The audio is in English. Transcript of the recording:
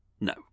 No